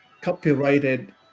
copyrighted